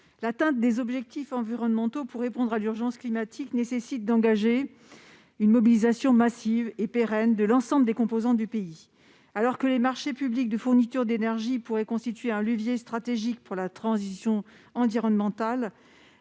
l'atteinte des objectifs environnementaux pour répondre à l'urgence climatique nécessite d'engager une mobilisation massive et pérenne de l'ensemble des composantes du pays alors que les marchés publics de fourniture d'énergie pourrait constituer un levier stratégique pour la transition environnementale,